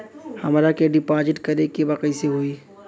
हमरा के डिपाजिट करे के बा कईसे होई?